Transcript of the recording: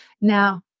now